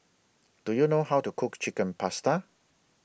Do YOU know How to Cook Chicken Pasta